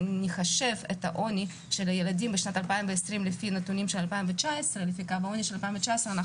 אם נחשב את העוני של הילדים בשנת 2020 לפי הנתונים של קו העוני של 2019,